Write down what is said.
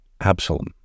Absalom